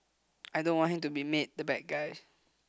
I don't want him to be made the bad guys